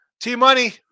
T-Money